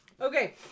Okay